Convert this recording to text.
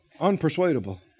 unpersuadable